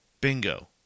Bingo